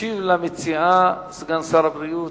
ישיב למציעה סגן שר הבריאות,